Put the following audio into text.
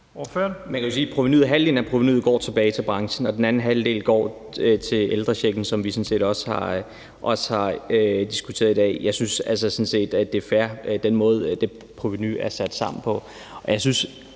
Man kan jo sige, at halvdelen af provenuet går tilbage til branchen, og den anden halvdel går til ældrechecken, som vi sådan set også har diskuteret i dag. Jeg synes sådan set, at den måde, det provenu er sat sammen på,